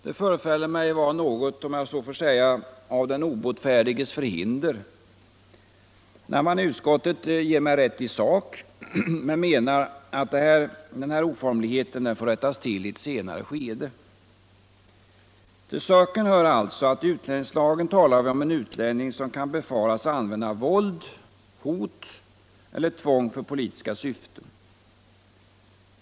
Det förefaller mig vara något av, om jag så får säga, den obotfärdiges förhinder när man i utskottet ger mig rätt i sak men menar att den här oformligheten får rättas till i ett senare skede. Till saken hör alltså att det i utlänningslagen talas om en utlänning, som kan befaras använda våld, hot eller tvång för politiska syften.